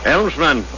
Elmsman